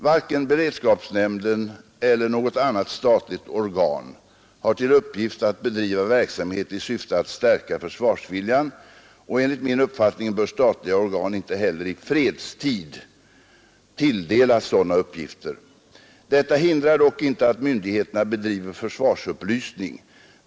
Varken beredskapsnämnden eller något annat statligt organ har till uppgift att bedriva verksamhet i syfte att stärka försvarsviljan, och enligt min uppfattning bör statliga organ inte heller i fredstid tilldelas sådana uppgifter. Detta hindrar dock inte att myndigheterna bedriver försvarsupplysning.